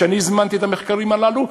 אני הזמנתי את המחקרים הללו,